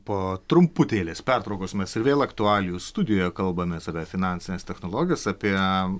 po trumputėlės pertraukos mes ir vėl aktualijų studijoje kalbamės apie finansines technologijas apie